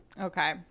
Okay